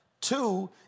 two